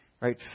right